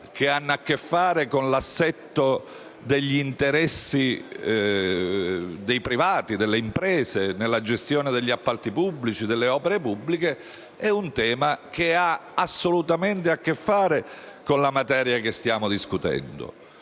che hanno a che fare con l'assetto degli interessi dei privati e delle imprese nella gestione degli appalti pubblici e delle opere pubbliche, ha assolutamente a che fare con la materia che stiamo discutendo,